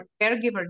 caregiver